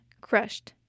crushed